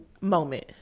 Moment